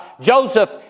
Joseph